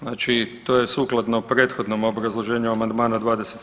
Znači to je sukladno prethodnom obrazloženju amandmana 27.